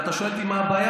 אבל אתה שואל אותי מה הבעיה,